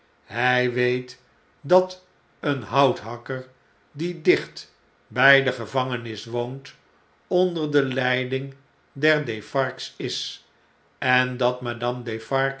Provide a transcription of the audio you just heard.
hij weet dat een de duisteenis houthakker die dicht bj de gevangenis woont onder de leiding der defarges is en dat madame defarge